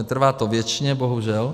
Trvá to věčně, bohužel.